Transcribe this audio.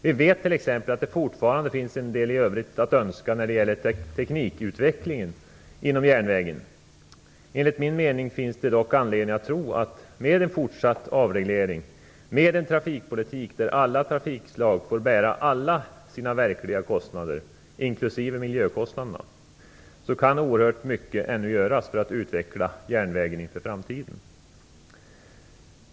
Vi vet t.ex. att det fortfarande finns en hel del i övrigt att önska när det gäller teknikutvecklingen inom järnvägen. Enligt min mening finns det dock anledning att tro att med en fortsatt avreglering och med en trafikpolitik där alla trafikslag får bära alla sina verkliga kostnader inklusive miljökostnader, så kan oerhört mycket ännu göras för att utveckla järnvägen inför framtiden.